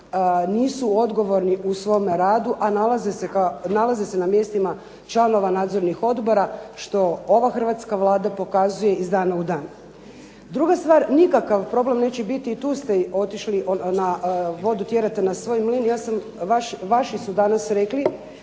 nisu odgovorni u svom radu, a nalaze se na mjestima članova nadzornih odbora što ova hrvatska Vlada pokazuje iz dana u dana. Druga stvar, nikakav problem neće biti i tu ste otišli, vodu tjerate na svoj mlin, vaši su danas rekli,